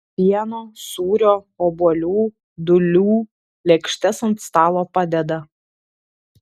pieno sūrio obuolių dūlių lėkštes ant stalo padeda